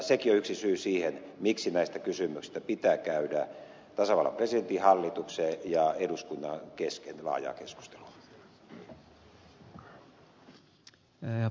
sekin on yksi syy siihen miksi näistä kysymyksistä pitää käydä tasavallan presidentin hallituksen ja eduskunnan kesken laajaa keskustelua